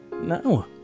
no